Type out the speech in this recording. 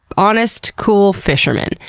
honest, cool, fisherman.